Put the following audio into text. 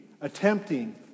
attempting